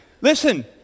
Listen